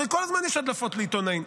הרי כל הזמן יש הדלפות לעיתונאים,